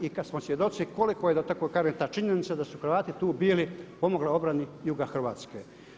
I kad smo svjedoci koliko je da tako kažem ta činjenica da su Hrvati tu bili pomogli obrani juga Hrvatske.